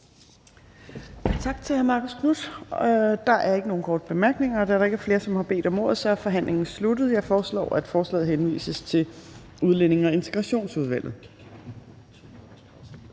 Tak til hr. Marcus Knuth. Der er ingen korte bemærkninger. Da der ikke er flere, som har bedt om ordet, er forhandlingen sluttet. Jeg foreslår, at forslaget henvises til Udlændinge- og Integrationsudvalget.